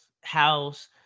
house